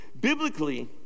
Biblically